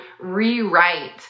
rewrite